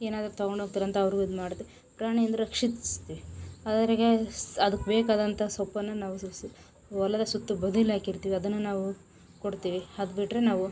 ಏನಾದರು ತೊಗೊಂಡು ಹೋಗ್ತಾರೆಂತ ಅವರು ಇದು ಮಾಡೋದು ಪ್ರಾಣಿಯಂದ್ರೆ ರಕ್ಷಿಸ್ತೀವಿ ಅವ್ರಿಗೆ ಸಹ ಅದಕ್ಕೆ ಬೇಕಾದಂಥ ಸೊಪ್ಪನ್ನು ನಾವು ಸಿಕ್ಕಿಸಿ ಹೊಲದ ಸುತ್ತ ಬದೀಲಿ ಹಾಕಿರ್ತೀವಿ ಅದನ್ನು ನಾವು ಕೊಡ್ತೀವಿ ಅದುಬಿಟ್ರೆ ನಾವು